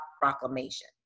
Proclamation